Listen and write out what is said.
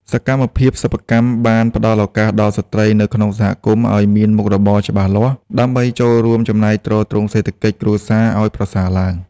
សកម្មភាពសិប្បកម្មបានផ្ដល់ឱកាសដល់ស្ត្រីនៅក្នុងសហគមន៍ឱ្យមានមុខរបរច្បាស់លាស់ ដើម្បីចូលរួមចំណែកទ្រទ្រង់សេដ្ឋកិច្ចគ្រួសារឱ្យប្រសើរឡើង។